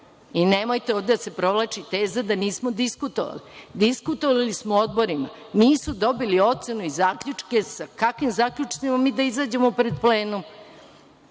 Nemojte ovde da se provlači teza da nismo diskutovali. Diskutovali smo u odborima. Nisu dobili ocenu i zaključke. Sa kakvim zaključcima mi da izađemo pred plenum?